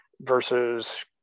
versus